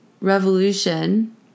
revolution